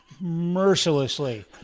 mercilessly